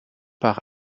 par